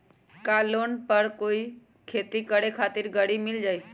का लोन पर कोई भी खेती करें खातिर गरी मिल जाइ?